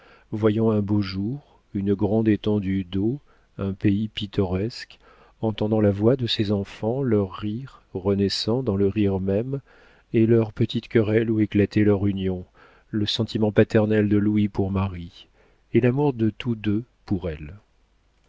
voyant un beau jour une grande étendue d'eau un pays pittoresque entendant la voix de ses enfants leurs rires renaissant dans le rire même et leurs petites querelles où éclataient leur union le sentiment paternel de louis pour marie et l'amour de tous deux pour elle